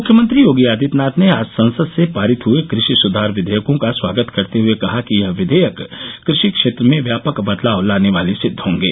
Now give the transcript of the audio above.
मुख्यमंत्री योगी आदित्यनाथ ने आज संसद से पारित हये कृषि सुधार विघेयकों का स्वागत करते हये कहा कि यह विघेयक कृषि क्षेत्र में व्यापक बदलाव लाने वाले सिद्व होंगे